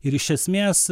ir iš esmės